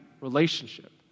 relationship